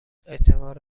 اعتبار